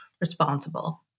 responsible